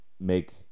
make